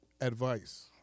Advice